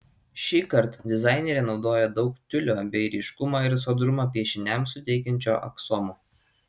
šįkart dizainerė naudoja daug tiulio bei ryškumą ir sodrumą piešiniams suteikiančio aksomo